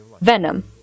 venom